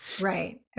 Right